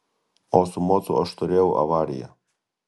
o su mocu aš turėjau avariją